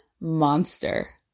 monster